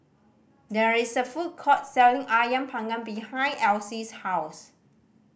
there is a food court selling Ayam Panggang behind Elsie's house